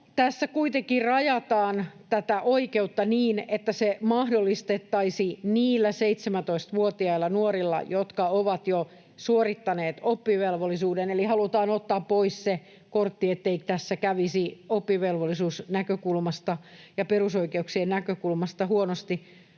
Tässä kuitenkin rajataan tätä oikeutta niin, että se mahdollistettaisiin niille 17-vuotiaille nuorille, jotka ovat jo suorittaneet oppivelvollisuuden, eli halutaan ottaa pois se kortti, ettei tässä kävisi oppivelvollisuusnäkökulmasta ja perusoikeuksien näkökulmasta huonosti.